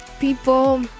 people